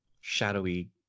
shadowy